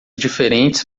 diferentes